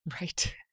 Right